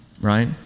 right